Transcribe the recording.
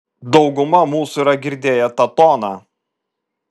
dauguma mūsų yra girdėję tą toną